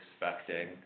expecting